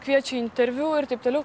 kviečia į interviu ir taip toliau